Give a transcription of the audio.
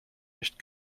nicht